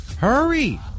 Hurry